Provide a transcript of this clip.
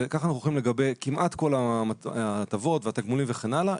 וכך אנחנו הולכים כמעט לגבי כל ההטבות והתגמולים וכן הלאה,